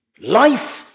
Life